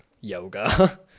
yoga